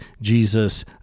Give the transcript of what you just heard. Jesus